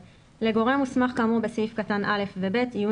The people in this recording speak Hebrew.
לגורם מוסמך כאמור בסעיף קטן (א) ו-(ב) יהיו